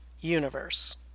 universe